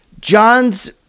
John's